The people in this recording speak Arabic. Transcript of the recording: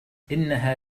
إنها